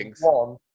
one